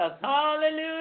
Hallelujah